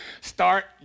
start